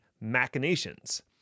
machinations